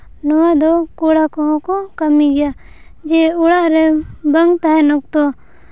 ᱱᱚᱣᱟᱫᱚ ᱠᱚᱲᱟ ᱠᱚᱦᱚᱸ ᱠᱚ ᱠᱟᱹᱢᱤ ᱜᱮᱭᱟ ᱡᱮ ᱚᱲᱟᱜ ᱨᱮ ᱵᱟᱝ ᱛᱟᱦᱮᱱ ᱚᱠᱛᱚ